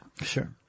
Sure